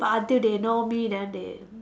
but until they know me then they